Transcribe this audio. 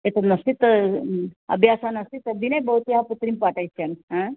एतद् नास्तिती अभ्यासः नास्ति तद्दिने भवत्याः पुत्रीं पाठयिष्यामि